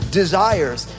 desires